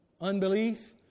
unbelief